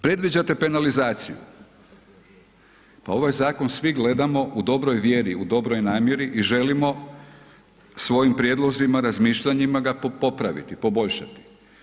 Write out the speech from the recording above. Predviđate penalizaciju, pa ovaj zakon svi gledamo u dobroj vjeri, u dobroj namjeri i želimo svojim prijedlozima, razmišljanjima ga popraviti, poboljšati.